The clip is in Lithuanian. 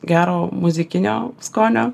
gero muzikinio skonio